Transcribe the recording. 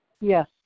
Yes